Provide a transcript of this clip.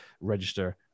register